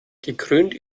gekrönt